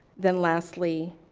then lastly,